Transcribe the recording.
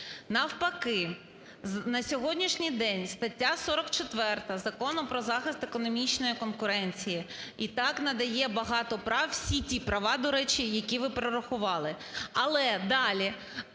Навпаки, на сьогоднішній день стаття 44 Закону "Про захист економічної конкуренції" і так надає багато прав, всі ті права, до речі, які ви перерахували.